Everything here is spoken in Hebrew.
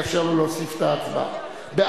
שם החוק, כהצעת הוועדה, נתקבל.